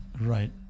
Right